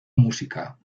música